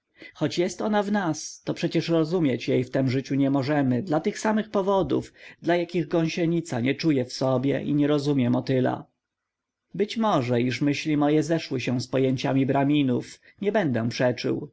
choć jest ona w nas to przecież rozumieć jej w tem życiu nie możemy dla tych samych powodów dla jakich gąsienica nie czuje w sobie i nie rozumie motyla być może iż myśli moje zeszły się z pojęciami braminów nie będę przeczył